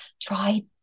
try